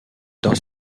dans